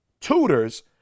tutors